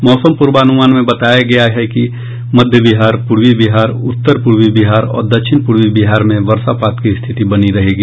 मौसम पूर्वानुमान में बताया गया है कि मध्य बिहार पूर्वी बिहार उत्तर पूर्वी बिहार और दक्षिण पूर्वी बिहार में वर्षापात की स्थिति बनी रहेगी